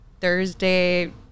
Thursday